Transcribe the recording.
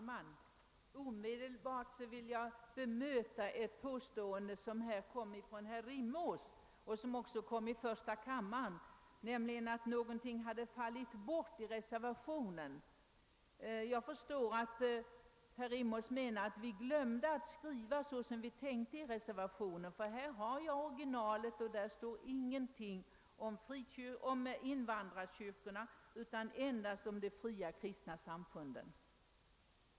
Herr talman! Jag vill omedelbart bemöta ett påstående av herr Rimås vilket även gjordes i debatten i första kammaren, nämligen att någonting skulle ha fallit bort ur reservationen. Jag förstår att herr Rimås menar att man »glömde» att ta med ett avsnitt om bidrag till invandrarkyrkorna i reservationen. Jag har originalet framför mig, och där står ingenting om invandrarkyrkorna utan endast om de fria kristna samfunden.